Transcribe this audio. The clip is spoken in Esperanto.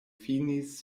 finis